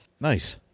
nice